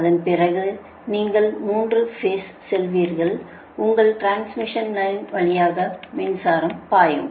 அதன் பிறகு நீங்கள் 3 பேஸ் செல்வீர்கள் உங்கள் டிரான்ஸ்மிஷன் லைன் வழியாக மின்சாரம் பாயும்